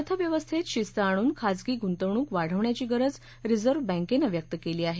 अर्थव्यवस्थेत शिस्त आणून खाजगी गुंतवणूक वाढवण्याची गरज रिझर्व बँकेनं व्यक्त केली आहे